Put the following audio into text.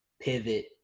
pivot